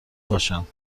باشند